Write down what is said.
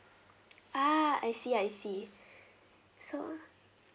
ah I see I see so